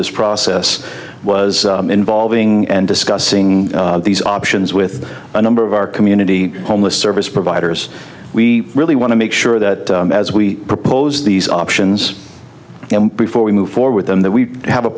this process was involving and discussing these options with a number of our community homeless service providers we really want to make sure that as we propose these options before we move forward them that we have a